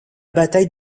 bataille